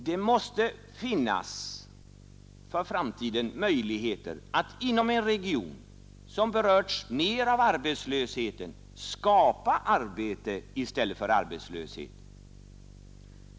Det måste för framtiden finnas möjligheter att inom en region som berörts mera av arbetslösheten skapa arbete i stället för arbetslöshet.